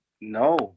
no